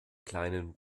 kleinen